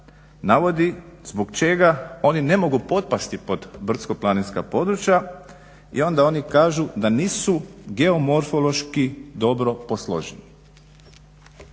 navodi zbog čega oni ne mogu potpasti pod brdsko-planinska područja i onda oni kažu da nisu geomorfološki dobro posloženi,